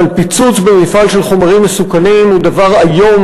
אבל פיצוץ במפעל של חומרים מסוכנים הוא דבר איום,